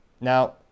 Now